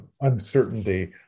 uncertainty